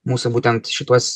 mūsų būtent šituos